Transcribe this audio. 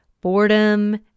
Boredom